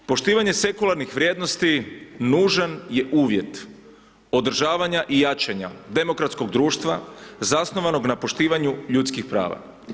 Poštivanje sekularnih vrijednosti nužan je uvjet održavanja i jačanja demokratskog društva zasnovanog na poštivanju ljudskih prava.